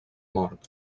mort